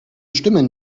stimmen